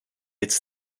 its